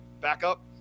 backup